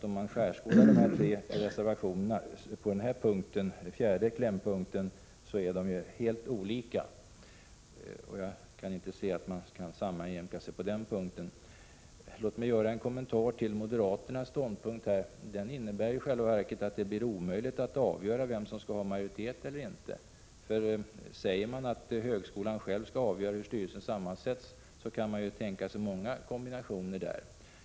Om man skärskådar de tre reservationerna beträffande den fjärde punkten i hemställan, finner man således att de är helt olika. Jag kan inte se att dessa skulle kunna sammanjämkas på den punkten. Låt mig göra en kommentar till moderaternas ståndpunkt. Den innebär i själva verket att det blir omöjligt att avgöra vem som skall ha majoritet. Om högskolan själv skall avgöra hur styrelsen sammansätts, kan man ju tänka sig många kombinationer.